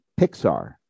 Pixar